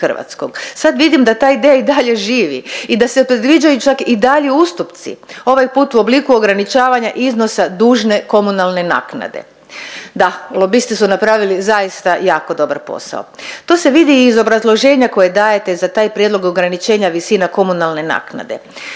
Sad vidim da ta ideja i dalje živi i da se predviđaju čak i dalji ustupci, ovaj put u obliku ograničavanja iznosa dužne komunalne naknade. Da, lobisti su napravili zaista jako dobar posao, to se vidi iz obrazloženja koje dajete za taj prijedlog ograničenja visina komunalne naknade.